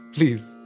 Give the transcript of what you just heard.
Please